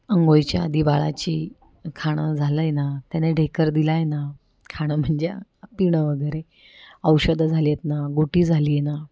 अंघोळीच्या आधी बाळाची खाणं झालं आहे ना त्याने ढेकर दिला आहे ना खाणं म्हणजे पिणं वगैरे औषधं झाले आहेत ना घुटी झाली आहे ना